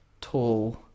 tall